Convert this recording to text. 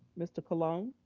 mr. colon.